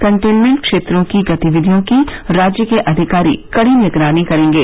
containment क्षेत्रों की गतिविधियों की राज्य के अधिकारी कड़ी निगरानी करेंगे